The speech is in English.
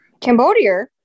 Cambodia